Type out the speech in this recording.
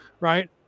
right